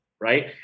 Right